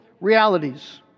realities